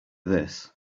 this